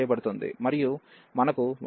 మరియు మనకు 11 1x ఉంటుంది